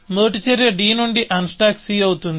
మొదటి చర్య d నుండి అన్స్టాక్ c అవుతుంది